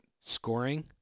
scoring